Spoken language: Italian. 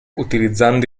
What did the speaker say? utilizzando